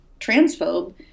transphobe